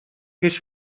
his